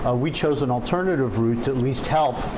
ah we chose an alternative route to at least help,